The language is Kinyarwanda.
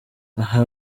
aha